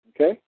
Okay